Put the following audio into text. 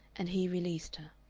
and he released her.